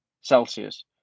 Celsius